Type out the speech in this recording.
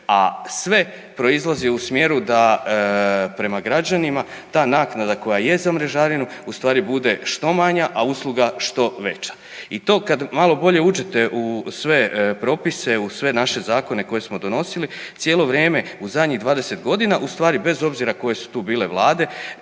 a sve proizlazi u smjeru da prema građanima ta naknada koja je za mrežarinu u stvari bude što manja, a usluga što veća. I to kad malo bolje uđete u sve propise, u sve naše zakone koje smo donosili cijelo vrijeme u zadnjih 20.g. u stvari bez obzira koje su tu bile vlade